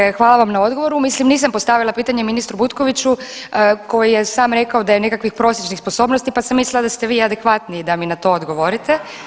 Dakle, hvala vam na odgovoru, mislim nisam postavila pitanje ministru Butkoviću koji je sam rekao da je nekakvih prosječnih sposobnosti pa sam mislila da ste vi adekvatniji da mi na to odgovorite.